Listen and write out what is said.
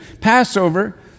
Passover